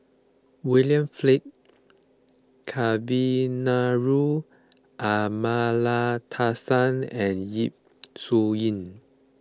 William Flint Kavignareru Amallathasan and Yap Su Yin